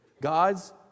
God's